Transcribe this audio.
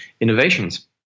innovations